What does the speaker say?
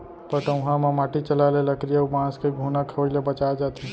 पटउहां म माटी चघाए ले लकरी अउ बांस के घुना खवई ले बचाए जाथे